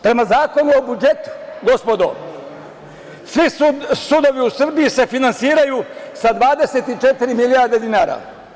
Prema Zakonu o budžetu, gospodo, svi sudovi u Srbiji se finansiraju sa 24 milijarde dinara.